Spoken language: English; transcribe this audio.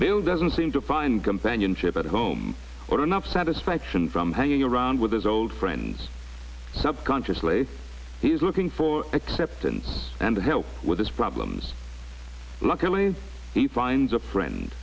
don't doesn't seem to find companionship at home or enough satisfaction from hanging around with his old friends subconsciously he's looking for acceptance and to help with this problems luckily he finds a friend